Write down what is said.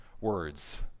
words